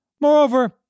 Moreover